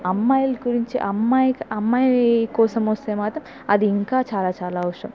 అమ్మాయ్ గురించి అమ్మాయి అమ్మాయి కోసం వస్తే మాత్రం అది ఇంకా చాలా చాలా అవసరం